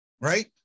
Right